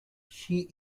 she